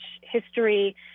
history